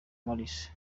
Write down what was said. maurice